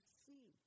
see